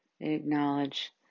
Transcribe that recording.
Acknowledge